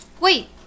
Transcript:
Wait